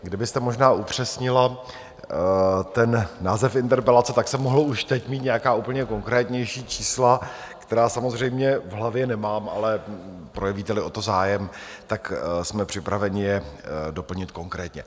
Kdybyste možná upřesnila ten název interpelace, tak jsem mohl už teď mít nějaká úplně konkrétnější čísla, která samozřejmě v hlavě nemám, ale projevíteli o to zájem, tak jsme připraveni je doplnit konkrétně.